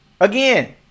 Again